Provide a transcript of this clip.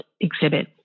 exhibit